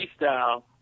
freestyle